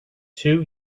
two